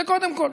זה קודם כול.